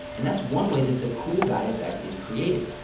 and that's one way that the cool guy effect is created.